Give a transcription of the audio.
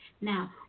Now